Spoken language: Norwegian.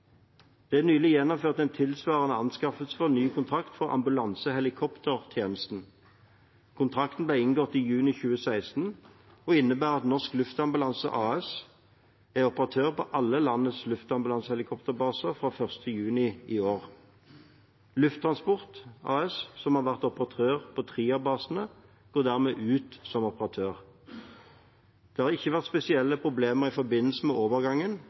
Det er nylig gjennomført en tilsvarende anskaffelse for ny kontrakt for ambulansehelikoptertjenesten. Kontrakten ble inngått i juni 2016 og innebærer at Norsk Luftambulanse AS er operatør på alle landets ambulansehelikopterbaser fra 1. juni i år. Lufttransport AS, som har vært operatør på tre av basene, går dermed ut som operatør. Det har ikke vært spesielle problemer i forbindelse med overgangen